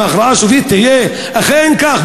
אם ההכרעה הסופית תהיה אכן כך,